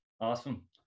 Awesome